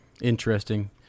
interesting